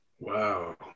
wow